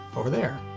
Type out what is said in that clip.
over there.